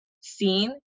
seen